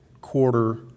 quarter